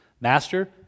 master